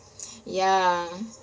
ya